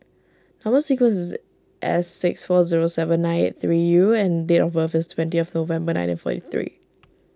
Number Sequence is S six four zero seven nine eight three U and date of birth is twentieth November nineteen forty three